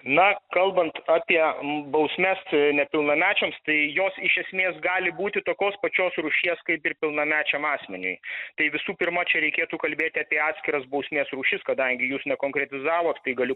na kalbant apie bausmes nepilnamečiams tai jos iš esmės gali būti tokios pačios rūšies kaip ir pilnamečiam asmeniui tai visų pirma čia reikėtų kalbėti apie atskiras bausmės rūšis kadangi jūs nekonkretizavot tai galiu